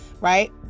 Right